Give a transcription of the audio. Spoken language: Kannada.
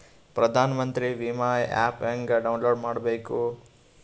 ಪ್ರಧಾನಮಂತ್ರಿ ವಿಮಾ ಆ್ಯಪ್ ಹೆಂಗ ಡೌನ್ಲೋಡ್ ಮಾಡಬೇಕು?